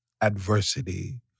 adversity